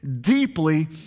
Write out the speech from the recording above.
deeply